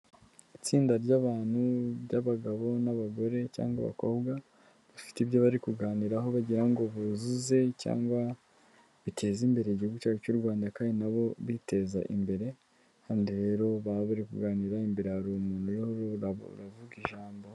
Itsinda ry'abantu ry'abagabo n'abagore cyangwa abakobwa bafite ibyo bari kuganiraho bagira ngo buze cyangwa ba bitezembere igihugu cyacu cy'u rwanda kandi nabo biteza imbere kandi rero baba bari kuganira imbere hari umuntu n'ururabo baravuga ijambo.